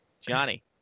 Johnny